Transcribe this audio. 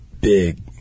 big